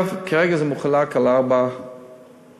כרגע זה מחולק בין ארבע קופות-חולים.